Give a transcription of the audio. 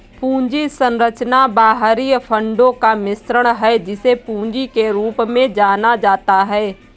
पूंजी संरचना बाहरी फंडों का मिश्रण है, जिसे पूंजी के रूप में जाना जाता है